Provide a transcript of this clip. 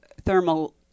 thermal